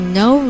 no